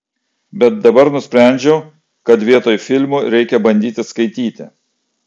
bet dabar nusprendžiau kad vietoj filmų reikia bandyti skaityti